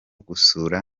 gusura